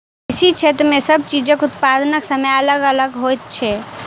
कृषि क्षेत्र मे सब चीजक उत्पादनक समय अलग अलग होइत छै